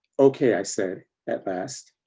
okay, i said, at last,